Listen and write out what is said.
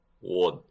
one